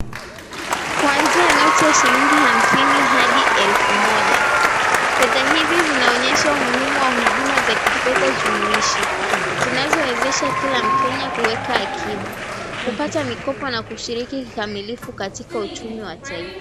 Kuanzia noti ya hamsini hadi elfu moja. Fedha hizi zinaonyesha muhimu wa huduma za kifedha fedha katika jumuishi, zinazowezesha kila mkenya kuweka akiba kupata mikopo na kushiriki kikamilifu katika uchumi wa taifa.